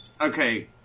Okay